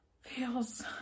feels